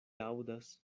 aŭdas